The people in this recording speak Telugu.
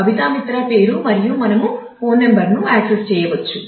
పబిత్రా మిత్రా పేరు మరియు మనము ఫోన్ నంబర్ను యాక్సెస్ చేయవచ్చు